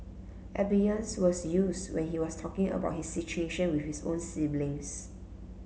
Abeyance was used when he was talking about his situation with his own siblings